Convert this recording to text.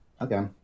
Okay